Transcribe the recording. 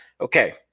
Okay